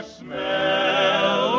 smell